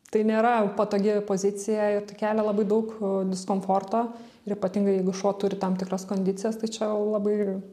tai nėra patogi pozicija tai kelia labai daug diskomforto ir ypatingai jeigu šuo turi tam tikras kondicijas tai čia labai